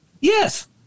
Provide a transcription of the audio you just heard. Yes